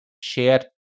shared